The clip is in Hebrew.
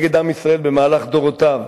נגד עם ישראל במהלך דורותיו,